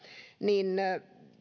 niin